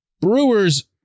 Brewers